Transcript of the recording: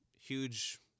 huge